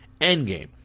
Endgame